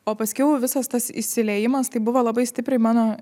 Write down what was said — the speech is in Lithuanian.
o paskiau visas tas įsiliejimas tai buvo labai stipriai mano